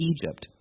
Egypt